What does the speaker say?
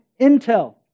intel